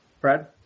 Fred